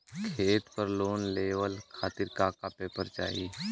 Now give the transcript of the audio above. खेत पर लोन लेवल खातिर का का पेपर चाही?